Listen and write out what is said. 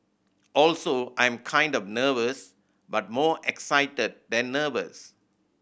also I'm kind of nervous but more excited than nervous